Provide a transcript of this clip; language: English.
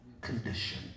condition